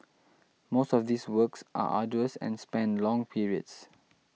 most of these works are arduous and span long periods